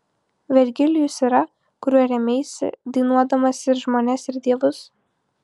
vergilijus yra kuriuo rėmeisi dainuodamas ir žmones ir dievus